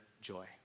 joy